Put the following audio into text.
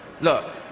Look